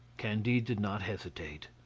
candide did not hesitate.